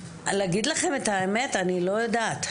להגיד לכם את האמת, אני לא יודעת.